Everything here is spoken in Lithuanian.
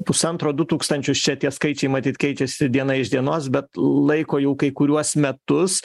pusantro du tūkstančius čia tie skaičiai matyt keičiasi diena iš dienos bet laiko jau kai kuriuos metus